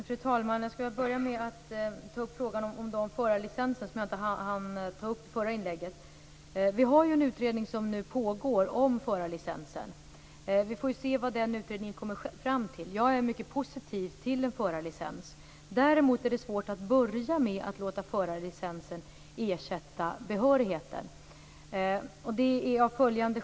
Fru talman! Jag skulle vilja börja med att ta upp frågan om de förarlicenser som jag inte hann beröra i det förra inlägget. Det pågår en utredning om förarlicenser. Vi får se vad den utredningen kommer fram till. Jag är mycket positiv till en förarlicens. Däremot är det av följande skäl svårt att börja med att låta förarlicensen ersätta behörigheten.